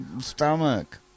stomach